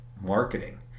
marketing